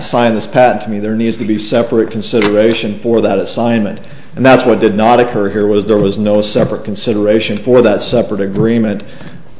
assigned this pat to me there needs to be separate consideration for that assignment and that's what did not occur here was there was no separate consideration for that separate agreement